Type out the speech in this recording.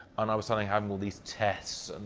and i was suddenly having all these tests.